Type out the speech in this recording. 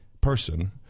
person